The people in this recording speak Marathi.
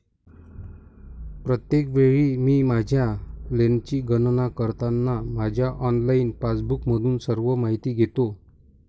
प्रत्येक वेळी मी माझ्या लेनची गणना करताना माझ्या ऑनलाइन पासबुकमधून सर्व माहिती घेतो